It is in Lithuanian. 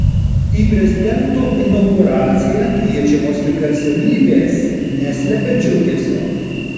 į prezidento inauguraciją kviečiamos ir garsenybės neslepia džiugesio